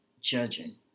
judging